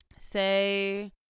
Say